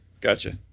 Gotcha